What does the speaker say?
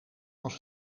als